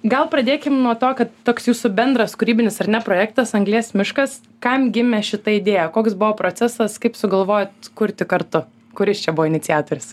gal pradėkim nuo to kad toks jūsų bendras kūrybinis ar ne projektas anglies miškas kam gimė šita idėja koks buvo procesas kaip sugalvojot kurti kartu kuris čia buvo iniciatorius